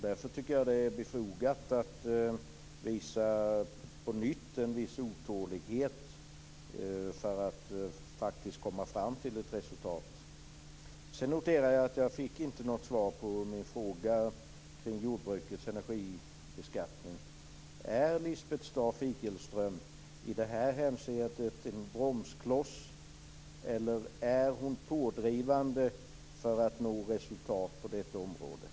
Därför är det befogat att på nytt visa en viss otålighet för att komma fram till ett resultat. Jag noterar att jag inte fick något svar på min fråga om energibeskattningen av jordbruket. Är Lisbeth Staaf-Igelström i det hänseendet en bromskloss, eller är hon pådrivande för att nå resultat på området?